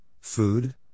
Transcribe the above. food